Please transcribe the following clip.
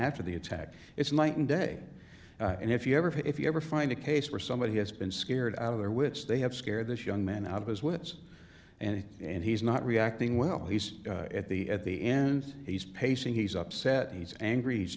after the attack it's night and day and if you ever if you ever find a case where somebody has been scared out of their wits they have scared this young man out of his wits and and he's not reacting well he's at the at the end he's pacing he's upset he's angry